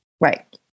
Right